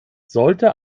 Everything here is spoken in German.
sollte